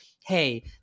hey